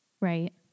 Right